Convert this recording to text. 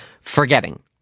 forgetting